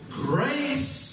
grace